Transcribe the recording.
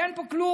אין פה כלום.